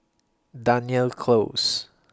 Dunearn Close